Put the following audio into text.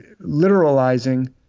literalizing